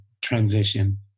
transition